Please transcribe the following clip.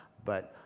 but